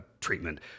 treatment